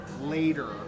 later